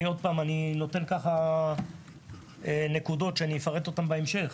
כרגע אני רק מציין את הנקודות שאפרט אותן בהמשך,